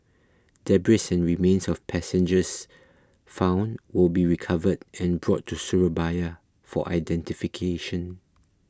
Debris and remains of passengers found will be recovered and brought to Surabaya for identification